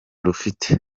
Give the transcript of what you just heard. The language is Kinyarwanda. rufite